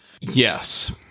Yes